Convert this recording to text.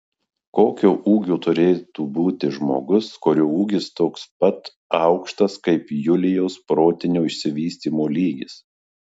kokio ūgio turėtų būti žmogus kurio ūgis toks pat aukštas kaip julijos protinio išsivystymo lygis